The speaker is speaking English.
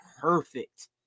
perfect